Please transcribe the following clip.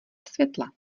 světla